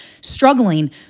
struggling